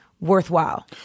worthwhile